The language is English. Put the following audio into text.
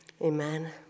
Amen